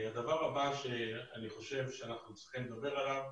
הדבר הבא שאני חושב שאנחנו צריכים לדבר עליו,